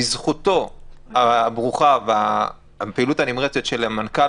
בזכותו הברוכה והפעילות הנמרצת של מנכ"ל